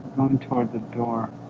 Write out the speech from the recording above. towards the door